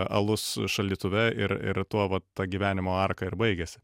alus šaldytuve ir ir tuo vat ta gyvenimo arka ir baigiasi